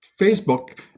Facebook